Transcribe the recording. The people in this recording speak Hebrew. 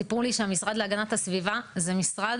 סיפרו לי שהמשרד להגנת הסביבה זה משרד